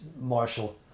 Marshall